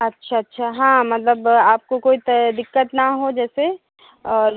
अच्छा अच्छा हाँ मतलब आपको कोई दिक़्क़त ना हो जैसे और